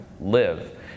live